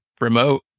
remote